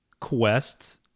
Quest